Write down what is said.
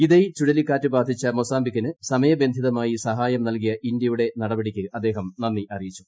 ഇദൈ ചുഴലിക്കാറ്റ് ബാധിച്ച മൊസാംബിക്കിന് സമയബന്ധിതമായി സഹായം നൽക്കിയിട്ട് ഇന്ത്യയുടെ നടപടിക്ക് അദ്ദേഹം നന്ദി അറിയിച്ചു